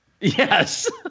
Yes